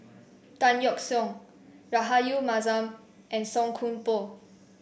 Tan Yeok Seong Rahayu Mahzam and Song Koon Poh